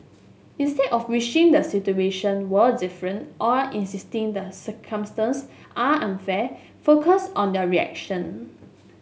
instead of wishing the situation were different or insisting the circumstance are unfair focus on the reaction